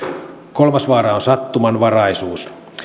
kolmas vaara on sattumanvaraisuus